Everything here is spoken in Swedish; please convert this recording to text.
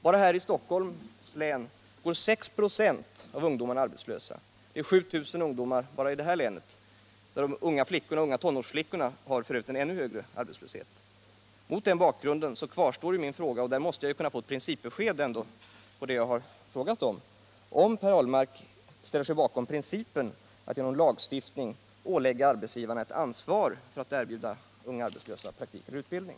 Bara här i Stockholms län går 6 ?6 av ungdomarna arbetslösa, dvs. 7 000 bara i detta län. Tonårsflickorna har f.ö. en ännu högre arbetslöshet. Mot denna bakgrund kvarstår min fråga — och på den punkten måste jag ändå kunna få ett principbesked — om Per Ahlmark ställer sig bakom principen att genom lagstiftning ålägga arbetsgivarna ett ansvar för att erbjuda praktik eller utbildning.